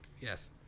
Yes